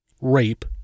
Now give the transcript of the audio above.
rape